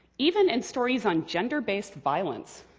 even in stories on gender-based violence,